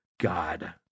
God